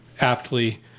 aptly